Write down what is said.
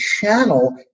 channel